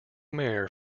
mayor